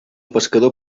pescador